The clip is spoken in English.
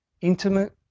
intimate